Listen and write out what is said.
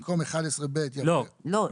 במקום "11(ב)" --- לא,